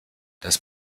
das